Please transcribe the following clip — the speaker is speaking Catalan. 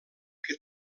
que